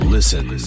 listen